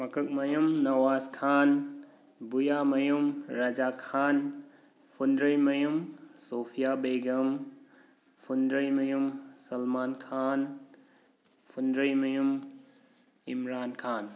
ꯃꯀꯛꯃꯌꯨꯝ ꯅꯋꯥꯖ ꯈꯥꯟ ꯕꯨꯌꯥꯃꯌꯨꯝ ꯔꯥꯖꯥ ꯈꯥꯟ ꯐꯨꯟꯗ꯭ꯔꯩꯃꯌꯨꯝ ꯁꯣꯐꯤꯌꯥ ꯕꯦꯒꯝ ꯐꯨꯟꯗ꯭ꯔꯩꯃꯌꯨꯝ ꯁꯜꯃꯥꯟ ꯈꯥꯟ ꯐꯨꯟꯗ꯭ꯔꯩꯃꯌꯨꯝ ꯏꯝꯔꯥꯟ ꯈꯥꯟ